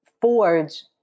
forge